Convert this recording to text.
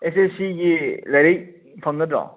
ꯑꯦꯁ S ꯁꯤꯒꯤ ꯂꯥꯏꯔꯤꯛ ꯐꯪꯒꯗ꯭ꯔꯣ